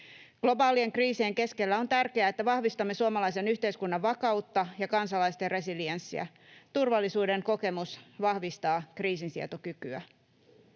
Globaalien kriisien keskellä on tärkeää, että vahvistamme suomalaisen yhteiskunnan vakautta ja kansalaisten resilienssiä. Turvallisuuden kokemus vahvistaa kriisinsietokykyä.